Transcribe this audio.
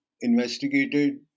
investigated